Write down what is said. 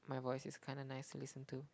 my voice is kinda nice to listen to